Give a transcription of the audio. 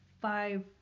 five